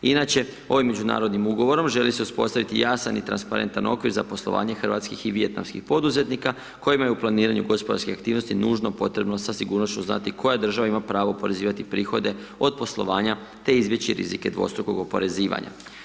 Inače, ovim međunarodnim Ugovorom želi se uspostaviti jasan i transparentan okvir za poslovanje hrvatskih i vijetnamskih poduzetnika koji imaju u planiranju gospodarske aktivnosti nužno potrebno sa sigurnošću znati koja država ima prava oporezivati prihode od poslovanja, te izbjeći rizike dvostrukog oporezivanja.